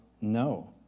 no